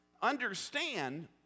Understand